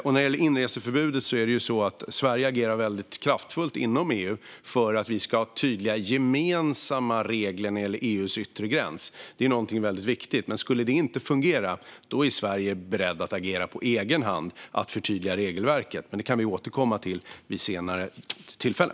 När det gäller inreseförbudet agerar Sverige kraftfullt inom EU för att vi ska ha tydliga gemensamma regler när det gäller EU:s yttre gräns. Det är någonting väldigt viktigt. Om det inte skulle fungera är Sverige berett att agera på egen hand för att förtydliga regelverket, men det kan vi återkomma till vid ett senare tillfälle.